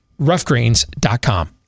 roughgreens.com